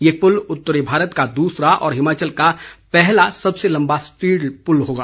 ये पुल उत्तरी भारत का दूसरा और हिमाचल का पहला सबसे लंबा स्टील पुल होगा